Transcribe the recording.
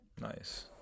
nice